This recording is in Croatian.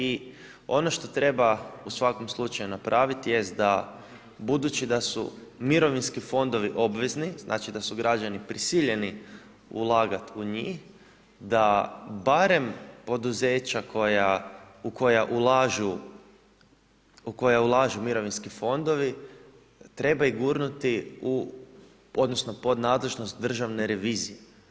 I ono što treba u svakom slučaju napraviti jest da budući da su mirovinski fondovi obvezni, znači da su građani prisiljeni ulagati u njih da barem poduzeća u koja ulažu mirovinski fondovi treba ih gurnuti odnosno pod nadležnost Državne revizije.